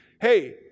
hey